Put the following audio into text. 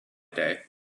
day